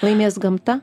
laimės gamta